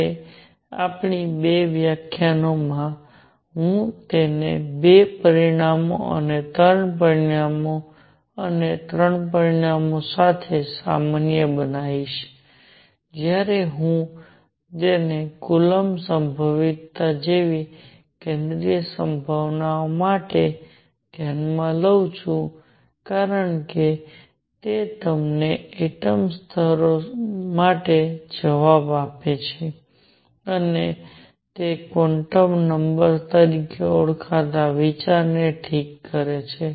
હવે આગામી બે વ્યાખ્યાનોમાં હું તેને બે પરિમાણો અને ત્રણ પરિમાણો અને ત્રણ પરિમાણો સાથે સામાન્ય બનાવીશ જ્યારે હું તેને કુલોમ્બ સંભવિતતા જેવી કેન્દ્રીય સંભાવના માટે ધ્યાનમાં લઉં છું કારણ કે તે તમને એટમ સ્તરો માટે જવાબ આપે છે અને તે ક્વોન્ટમ નંબર્સ તરીકે ઓળખાતા વિચારને ઠીક કરે છે